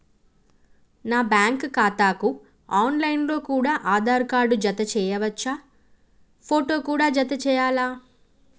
నా బ్యాంకు ఖాతాకు online లో కూడా ఆధార్ కార్డు జత చేయవచ్చా ఫోటో కూడా జత చేయాలా?